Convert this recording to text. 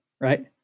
right